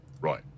Right